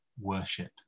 worship